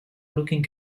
looking